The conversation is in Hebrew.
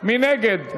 מי נגד?